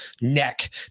neck